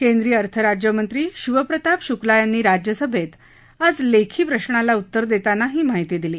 केंद्रीय अर्थराज्यमंत्री शिवप्रताप शुक्ला यांनी राज्यसभेत आज एका लिखीत प्रशाला उत्तर देताना ही माहिती दिली